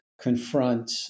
confront